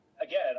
Again